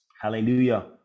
Hallelujah